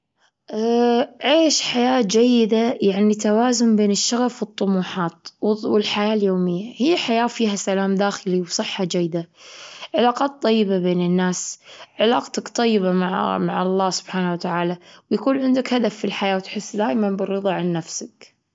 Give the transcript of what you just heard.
اااا عيش حياة جيدة يعني توازن بين الشغف والطموحات والحياة اليومية، هي حياة فيها سلام داخلي وصحة جيدة، علاقات طيبة بين الناس، علاقتك طيبة مع ا- مع الله سبحانه وتعالى، ويكون عندك هدف في الحياة، وتحس دايما بالرضا عن نفسك.